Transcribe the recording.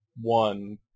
one